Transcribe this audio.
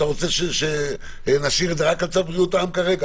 אתה רוצה שנשאיר את זה רק על צו בריאות העם כרגע?